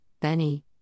Benny